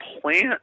plant